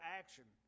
action